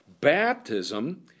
Baptism